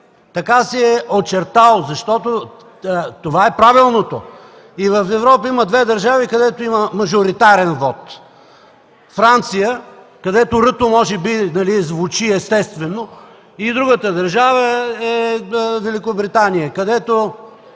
Така се е очертало, защото това е правилното. В Европа има две държави, в които има мажоритарен вот – Франция, където „р” може би звучи естествено, другата държава е Великобритания, където